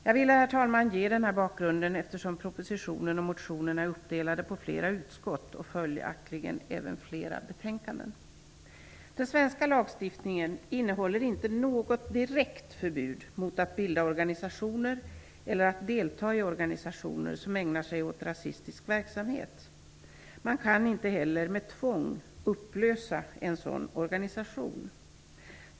Jag ville, herr talman, ge den här bakgrunden eftersom propositionen och motionerna är uppdelade på flera utskott och följaktligen även flera betänkanden. Den svenska lagstiftningen innehåller inte något direkt förbud mot att bilda organisationer eller att delta i organisationer som ägnar sig åt rasistisk verksamhet. Man kan inte heller med tvång upplösa en sådan organisation.